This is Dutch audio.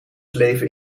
leven